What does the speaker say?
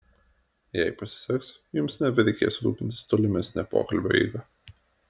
jei pasiseks jums nebereikės rūpintis tolimesne pokalbio eiga